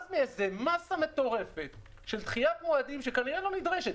בגלל זה נעשה מאסה מטורפת של דחיית מועדים שכנראה לא נדרשת?